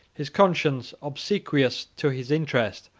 his conscience, obsequious to his interest,